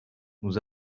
nous